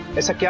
it's a yeah